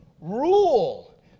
rule